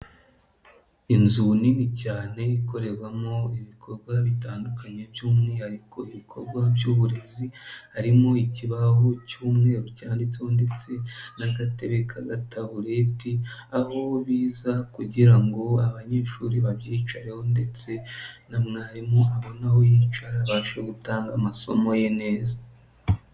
Inzu nini cyane ikorerwamo ibikorwa bitandukanye by'umwihariko ibikorwa by'uburezi, harimo ikibaho cy'umweru cyanditseho ndetse n'agatebe k'agatabureti, aho biza kugira ngo abanyeshuri babyicareho ndetse na mwarimu abone aho yicara abashe gutanga amasomo ye neza.